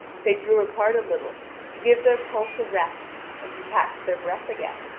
they drew apart a little to give their pulse a rest and to catch their breath again.